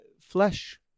flesh